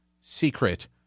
Secret